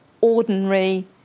ordinary